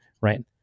right